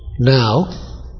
Now